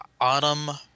autumn